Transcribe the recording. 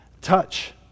Touch